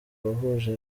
wahuje